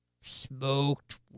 smoked